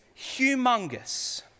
humongous